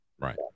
Right